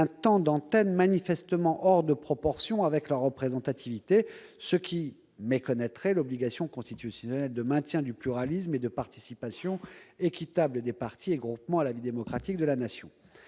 un temps d'antenne manifestement hors de proportion avec leur représentativité ». Cela méconnaîtrait l'obligation constitutionnelle de maintien du pluralisme et de participation équitable des partis et groupements à la vie démocratique de la Nation.